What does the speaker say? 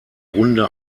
runde